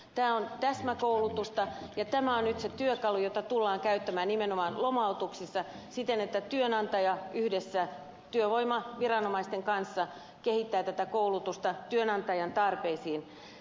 tämä on täsmäkoulutusta ja tämä on nyt se työkalu jota tullaan käyttämään nimenomaan lomautuksissa siten että työnantaja yhdessä työvoimaviranomaisten kanssa kehittää tätä koulutusta työnantajan tarpeisiin